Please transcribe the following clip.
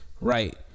Right